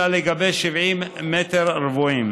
אלא לגבי 70 מטר רבועים.